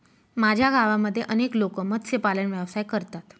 माझ्या गावामध्ये अनेक लोक मत्स्यपालन व्यवसाय करतात